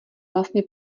vlastně